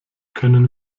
können